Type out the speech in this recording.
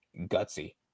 gutsy